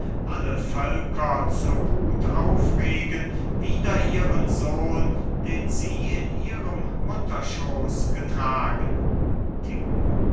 alle völker zur wut aufregen wider ihren sohn den sie in ihrem mutterschoß getragen